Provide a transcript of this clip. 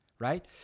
Right